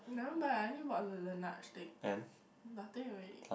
I haven't buy I only bought the Laneige thing nothing already